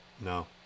No